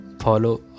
follow